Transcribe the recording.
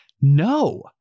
no